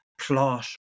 Plot